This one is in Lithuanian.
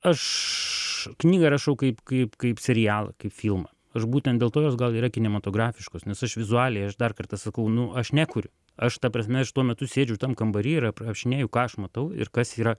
aš knygą rašau kaip kaip kaip serialą kaip filmą aš būtent dėl to jos gal yra kinematografiškos nes aš vizualiai aš dar kartą sakau nu aš nekuriu aš ta prasme aš tuo metu sėdžiu tam kambary ir aprašinėju ką aš matau ir kas yra